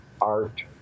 art